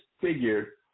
figure